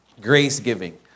Grace-giving